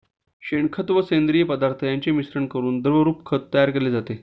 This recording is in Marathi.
शेणखत व सेंद्रिय पदार्थ यांचे मिश्रण करून द्रवरूप खत तयार केले जाते